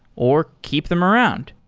or keep them around.